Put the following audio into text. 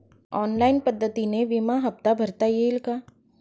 Online पद्धतीने विमा हफ्ता भरता येईल का?